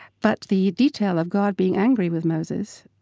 but the detail of god being angry with moses,